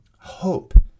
Hope